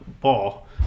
ball